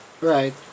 right